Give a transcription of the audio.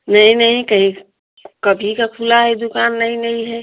नहीं नहीं कहीं कभी का खुला है दुकान नई नहीं है